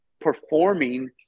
performing